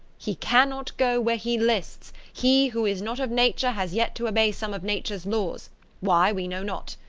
he cannot go where he lists he who is not of nature has yet to obey some of nature's laws why we know not.